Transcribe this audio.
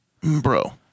Bro